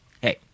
hey